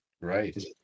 right